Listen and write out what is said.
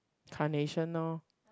carnation lor